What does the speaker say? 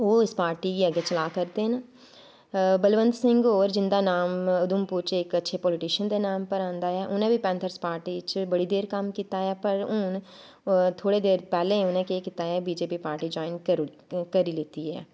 ओह् इस पार्टी गी अग्गें चला करदे न बलंवत सिंह होर जिंदा नांऽ उधमपुर इक अच्छे पॉलिटिशन दे नाम पर आंदा ऐ उ'नें बी पैंथर्स पार्टी च बड़ी देर कम्म कीता ऐ पर हून थोह्ड़ी देर पैह्लें उ'नें केह् कीता ऐ B J P party join करी ओड़ी करी लैती ऐ